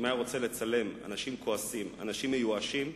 אם הוא היה רוצה לצלם אנשים כועסים או אנשים מיואשים,